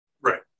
Right